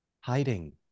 Hiding